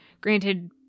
granted